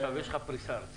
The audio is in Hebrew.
יש לך פריסה ארצית?